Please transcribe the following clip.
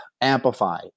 amplify